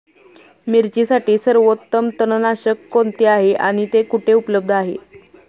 मिरचीसाठी सर्वोत्तम तणनाशक कोणते आहे आणि ते कुठे उपलब्ध आहे?